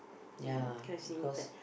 ya cause